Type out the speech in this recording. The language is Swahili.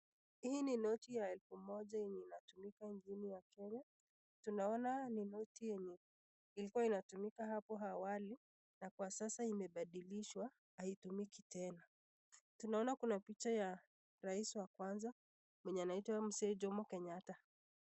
Hii ni noti ya elfu moja inayotumika nchini ya Kenya. Tunaona ni noti yenye ilikuwa inatumika hapo awali na kwa sasa imebadilishwa, haitumiki tena. Tunaona kuna picha ya rais wa kwanza mwenye anaitwa Mzee Jomo Kenyatta.